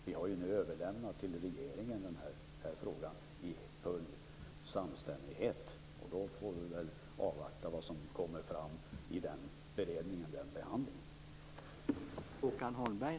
Vi har ju nu i full samstämmighet överlämnat frågan till regeringen, så vi får väl avvakta vad som kommer fram i den behandlingen.